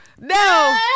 No